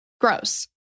gross